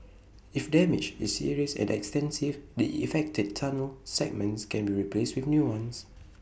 if damage is serious and extensive the affected tunnel segments can be replaced with new ones